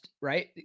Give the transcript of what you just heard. right